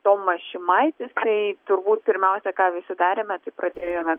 tomas šimaitis tai turbūt pirmiausia ką visi darėme tai pradėjome